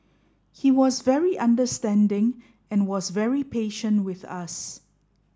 he was very understanding and was very patient with us